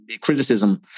criticism